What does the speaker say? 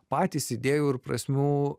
patys idėjų ir prasmių